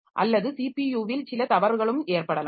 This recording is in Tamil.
அல்லது ஸிபியுவில் சில தவறுகளும் ஏற்படலாம்